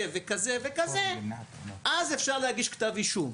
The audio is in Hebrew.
וכזה וכזה אז אפשר להגיש כתב אישום.